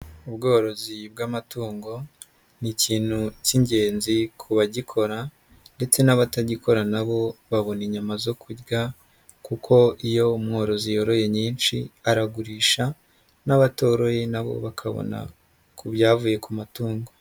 Ubworozi bw'amatungo ni ikintu k'ingenzi ku bagikora ndetse n'abatagikora na bo babona inyama zo kurya kuko iyo umworozi yoroye nyinshi aragurisha n'abatoroye na bo bakabona ku byavuye ku matungo.